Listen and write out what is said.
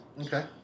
Okay